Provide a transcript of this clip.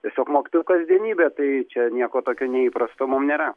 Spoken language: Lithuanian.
tiesiog mokytojų kasdienybė tai čia nieko tokio neįprasto mum nėra